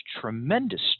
tremendous